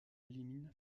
élimine